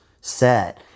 set